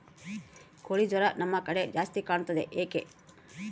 ಕೋಳಿ ಜ್ವರ ನಮ್ಮ ಕಡೆ ಜಾಸ್ತಿ ಕಾಣುತ್ತದೆ ಏಕೆ?